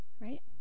Right